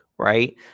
Right